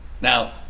Now